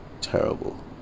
Terrible